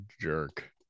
jerk